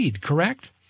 Correct